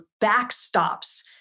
backstops